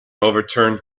overturned